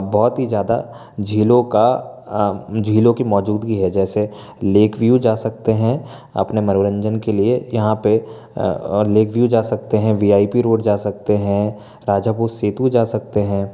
बहुत ही ज़्यादा झीलों का झीलों की मौजूदगी है जैसे लेक व्यू जा सकते हैं अपने मनोरंजन के लिए यहाँ पर और लेक व्यू जा सकते हैं वी आई पी रोड जा सकते हैं राजापुर सेतु जा सकते हैं